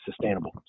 sustainable